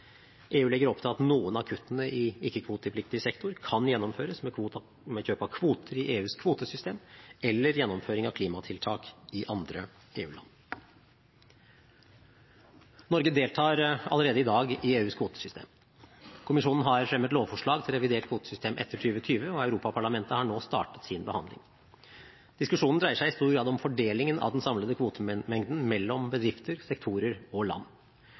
EU legger opp til at noen av kuttene i ikke-kvotepliktig sektor kan gjennomføres ved kjøp av kvoter i EUs kvotesystem eller ved gjennomføring av klimatiltak i andre EU-land. Norge deltar allerede i dag i EUs kvotesystem. Kommisjonen har fremmet lovforslag til revidert kvotesystem etter 2020, og Europaparlamentet har nå startet sin behandling. Diskusjonen dreier seg i stor grad om fordelingen av den samlede kvotemengden mellom bedrifter, sektorer og land.